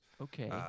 Okay